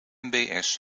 nmbs